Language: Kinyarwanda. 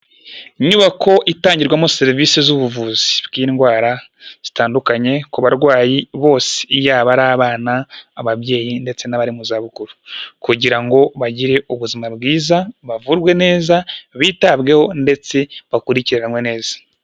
Inyubako itangirwamo serivisi z'ubuvuzi bw'indwara zitandukanye ku barwayi bose iyaba ari abana ababyeyi ndetse n'abari mu zabukuru, kugira ngo bagire ubuzima bwiza, bavurwe neza, bitabweho ndetse bakurikiranwe neza.